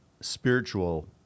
spiritual